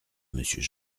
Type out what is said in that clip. monsieur